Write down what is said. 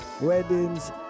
weddings